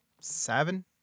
seven